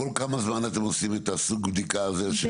כל כמה זמן אתם עושים את סוג הבדיקה הזה?